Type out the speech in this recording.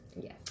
Yes